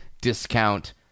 discount